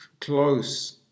close